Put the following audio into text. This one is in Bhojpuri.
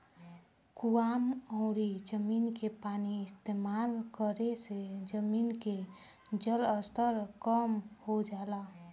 कुवां अउरी जमीन के पानी इस्तेमाल करे से जमीन के जलस्तर कम हो जाला